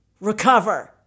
recover